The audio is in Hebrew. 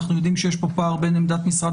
אנחנו יודעים שיש פה פער בין עמדת משרד